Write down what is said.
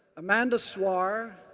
amanda swarr,